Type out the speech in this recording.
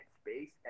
space